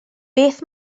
beth